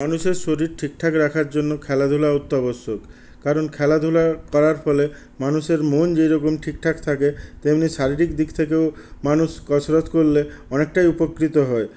মানুষের শরীর ঠিকঠাক রাখার জন্য খেলাধুলা অত্যাবশ্যক কারণ খেলাধুলার করার ফলে মানুষের মন যেই রকম ঠিকঠাক থাকে তেমনি শারীরিক দিক থেকেও মানুষ কসরত করলে অনেকটাই উপকৃত হয়